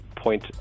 point